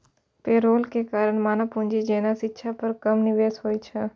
payroll के कारण मानव पूंजी जेना शिक्षा पर कम निवेश होइ छै